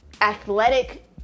athletic